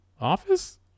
office